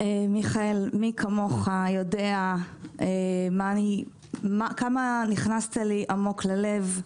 מיכאל, מי כמוך יודע כמה נכנסת לי עמוק ללב,